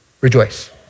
rejoice